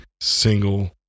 single